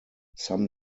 some